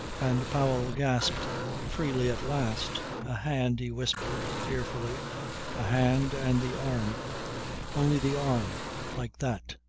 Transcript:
and powell gasped freely at last. a hand, he whispered fearfully, a hand and the arm only the arm like that.